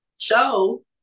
show